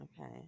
Okay